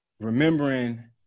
remembering